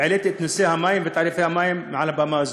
העליתי את הנושא של המים ותעריפי המים מעל הבמה הזאת.